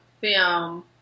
film